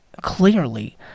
Clearly